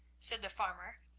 said the farmer,